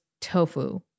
tofu